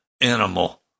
animal